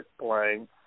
playing